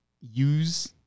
use